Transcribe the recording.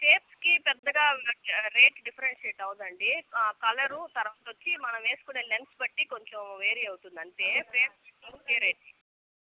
షేప్స్కి పెద్దగా rate differentiate అవ్వదండీ colour తర్వాత వచ్చి మనం వేసుకునే లెన్స్ బట్టి కొంచం వేరీ అవుతుంది అంతే